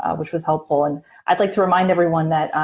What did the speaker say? um which was helpful. and i'd like to remind everyone that,